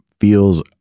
feels